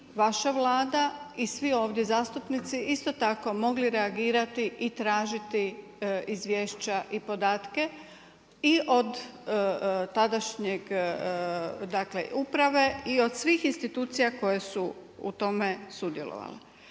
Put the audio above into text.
vaša Vlada i svi ovdje zastupnici isto tako mogli reagirati i tražiti izvješća i podatke i od tadašnjeg dakle uprave i od svih institucija koje su u tome sudjelovale.